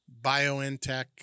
BioNTech